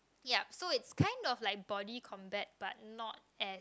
yup so it's kind of like body combat but not as